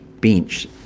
bench